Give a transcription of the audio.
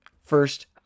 First